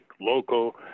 local